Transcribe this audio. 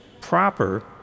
proper